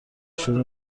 شروع